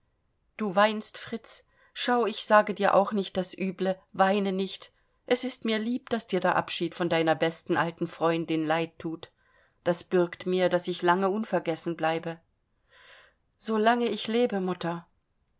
du weinst fritz schau ich sage dir auch nicht das üble weine nicht es ist mir lieb daß dir der abschied von deiner besten alten freundin leid thut das bürgt mir daß ich lange unvergessen bleibe solang ich lebe mutter